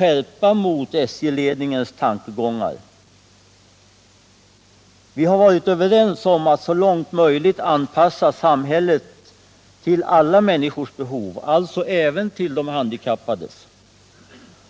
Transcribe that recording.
har vänt sig mot SJ-ledningens tankegångar. Vi har varit överens om att så långt som möjligt anpassa samhället till alla människors behov, alltså även till de handikappades.